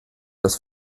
das